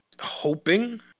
hoping